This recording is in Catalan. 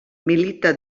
milita